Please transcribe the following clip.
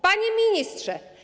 Pani Ministrze!